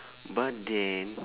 but then